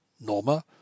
Norma